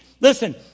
Listen